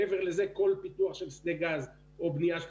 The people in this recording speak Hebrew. אבל מעבר לזה כל פיתוח של שדה גז או בנייה של